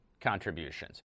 contributions